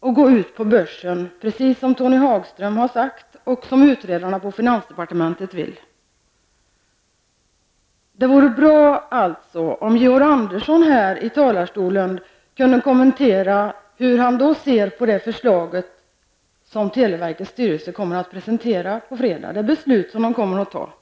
och gå ut på börsen, precis som Tony Hagström har sagt och som utredarna på finansdepartementet vill. Det vore bra om Georg Andersson i talarstolen ville kommentera hur han ser på det förslag som televerkets styrelse kommer att presentera på fredag, dvs. det beslut som styrelsen kommer att fatta.